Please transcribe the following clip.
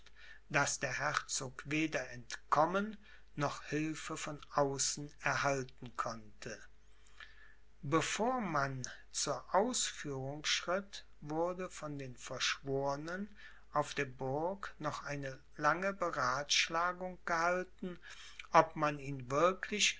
daß der herzog weder entkommen noch hilfe von außen erhalten konnte bevor man aber zur ausführung schritt wurde von den verschwornen auf der burg noch eine lange beratschlagung gehalten ob man ihn wirklich